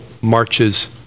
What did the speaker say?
marches